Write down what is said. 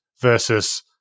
versus